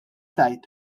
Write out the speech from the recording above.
tgħid